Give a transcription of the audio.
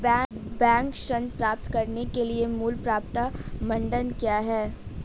Bank ऋण प्राप्त करने के लिए मूल पात्रता मानदंड क्या हैं?